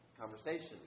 conversation